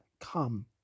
Come